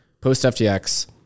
post-FTX